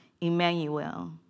Emmanuel